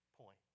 point